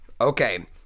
Okay